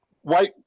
white